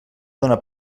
dóna